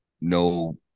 no